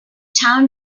town